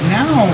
now